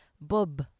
bob